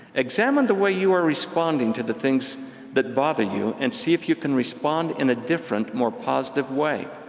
examine the way you are responding to the things that bother you and see if you can respond in a different, more positive way.